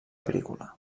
agrícola